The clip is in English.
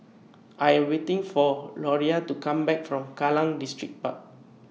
I Am waiting For Loria to Come Back from Kallang Distripark